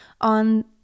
on